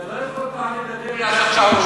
אתה לא יכול פעם לדבר בלי לעשות שערורייה?